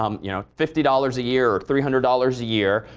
um you know, fifty dollars a year or three hundred dollars a year,